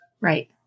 Right